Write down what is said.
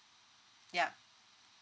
yup